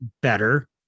better